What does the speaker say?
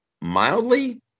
mildly